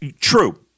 True